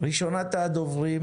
ראשונת הדוברים